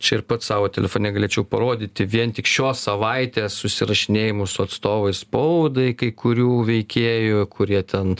čia ir pats savo telefone galėčiau parodyti vien tik šios savaitės susirašinėjimų su atstovais spaudai kai kurių veikėjų kurie ten